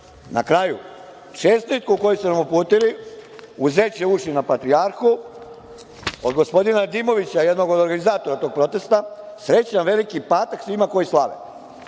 na kraju, čestitku koju ste nam uputili uz zečje uši na Patrijarhu, od gospodina Nadimovića, jednog od organizatora tog protesta „Srećan veliki patak svima koji slave“,